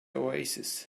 oasis